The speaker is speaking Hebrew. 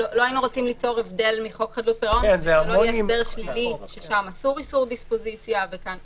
פתרת את הבעיות של הבנקים אבל לא נתת הון חוזר לחברה כדי להתקיים קדימה.